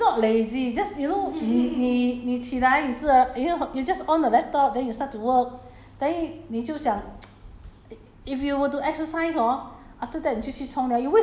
but 现在 just like no it's not lazy just you know 你你你起来你自 err you know you just on the laptop then you start to work then 你就想